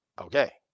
okay